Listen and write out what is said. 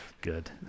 good